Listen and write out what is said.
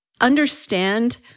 Understand